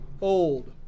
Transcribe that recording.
old